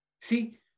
See